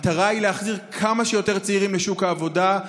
המטרה היא להחזיר כמה שיותר צעירים לשוק העבודה,